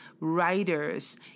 writers